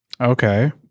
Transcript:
Okay